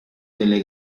delle